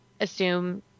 assume